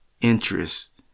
interest